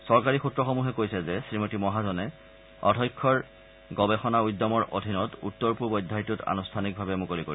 চৰকাৰী সূত্ৰসমূহে কৈছে যে শ্ৰীমতী মহাজনে অধ্যক্ষৰ গৱেষণা উদ্যমৰ অধীনত উত্তৰ পূব অধ্যায়টোত আনুষ্ঠানিকভাৱে মুকলি কৰিব